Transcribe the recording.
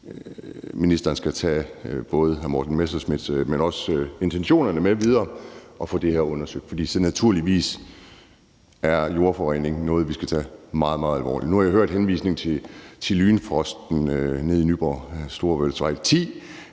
ministeren skal tage både hr. Morten Messerschmidts bemærkninger, men også intentionerne med videre og få det her undersøgt. For naturligvis er jordforurening noget, vi skal tage meget, meget alvorligt. Nu har jeg hørt henvisningen til Lynfrosten nede i Nyborg, Storebæltsvej